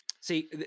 see